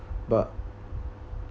but